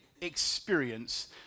experience